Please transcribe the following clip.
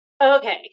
Okay